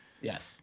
Yes